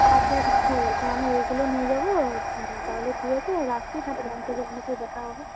ঠিক আছে আমি ওইগুলো নিয়ে যাবো তাহলে ঠিক আছে রাখছি তাহলে ব্যাংকে গিয়ে আপনার দেখা হবে